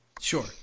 Sure